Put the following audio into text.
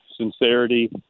sincerity